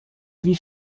wie